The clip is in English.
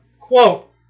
quote